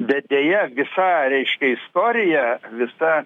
bet deja visa reiškia istoriją visa